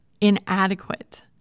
inadequate